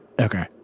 Okay